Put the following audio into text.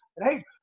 right